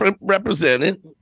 represented